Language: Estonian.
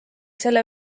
selle